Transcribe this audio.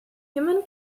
human